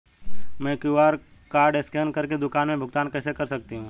मैं QR code scan कर के दुकान में भुगतान कैसे कर सकती हूँ?